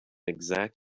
exact